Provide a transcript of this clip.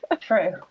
true